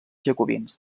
jacobins